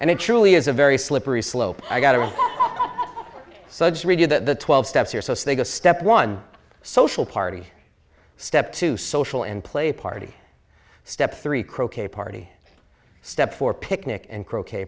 and it truly is a very slippery slope i got to suds redo the twelve steps here so if they go step one social party step to social and play party step three croquet party step for picnic and croquet